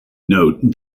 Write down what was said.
note